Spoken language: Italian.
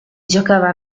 giocava